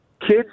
Kids